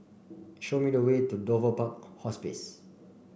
show me the way to Dover Park Hospice